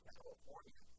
California